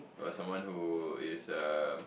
uh someone who is a